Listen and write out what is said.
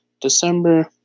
december